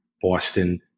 Boston